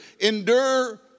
endure